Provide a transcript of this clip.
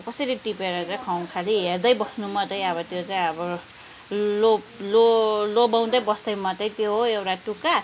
अब कसरी टिपेर र खाउँ अब खालि हेर्दै बस्नु मात्रै अब त्यो चाहिँ अब लोभ लो लोभ्याउँदै बस्दै मात्रै त्यो हो एउटा टुक्का